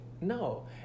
no